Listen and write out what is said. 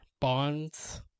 Bonds